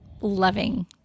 loving